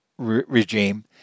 Regime